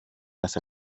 las